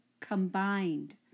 combined